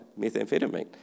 methamphetamine